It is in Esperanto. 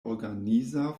organiza